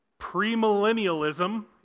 Premillennialism